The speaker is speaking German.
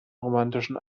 romantischen